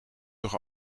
toch